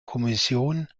kommission